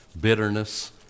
bitterness